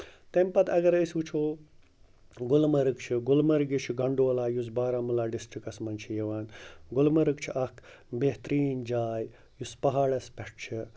تَمہِ پَتہٕ اَگرَے أسۍ وٕچھو گُلمَرگ چھُ گُلمَرگہِ چھُ گَنڈولا یُس بارہمولہ ڈِسٹِرٛکَس منٛز چھِ یِوان گُلمَرگ چھِ اَکھ بہتریٖن جاے یُس پَہاڑَس پٮ۪ٹھ چھِ